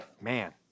Man